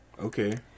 Okay